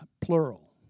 plural